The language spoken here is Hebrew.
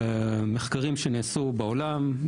מחקרים שנעשו בעולם,